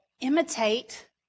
imitate